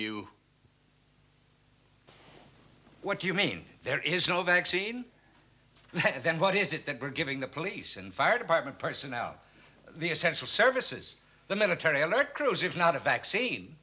you what do you mean there is no vaccine and then what is it that we're giving the police and fire department personnel the essential services the military alert crews if not a vaccine